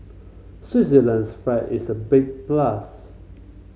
Switzerland's flag is a big plus